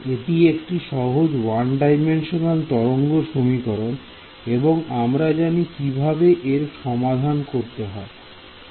এটি একটি সহজ 1D তরঙ্গ সমীকরণ এবং আমরা জানি কিভাবে এর সমাধান করতে হয়